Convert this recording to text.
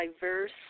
diverse